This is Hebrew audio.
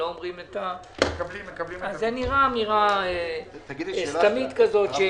זה נראה איזו אמירה סתמית כזאת.